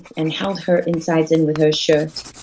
and held her insides in with her shirt,